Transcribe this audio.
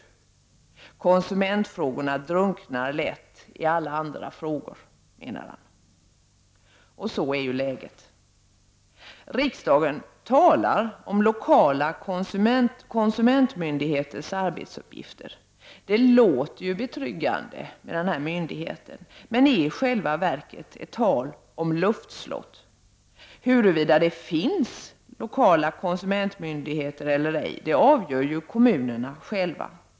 Och konsumentfrågorna drunknar lätt i alla andra frågor, menade han, och så är ju läget. Riksdagen talar om lokala konsumentmyndigheters arbetsuppgifter. Det låter betryggande men är ju i själva verket ett tal om luftslott. Huruvida det skall finnas lokala konsumentmyndigheter eller ej avgör kommunerna själva.